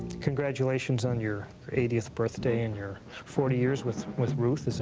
congratulations on your eightieth birthday and your forty years with with ruth, is